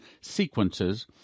sequences